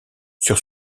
sur